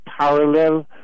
parallel